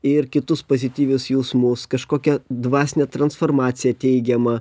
ir kitus pozityvius jausmus kažkokią dvasinę transformaciją teigiamą